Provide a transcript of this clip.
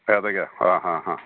ഞാൻ എടുത്തു വയ്ക്കാമ് ആ ഹാ ഹാ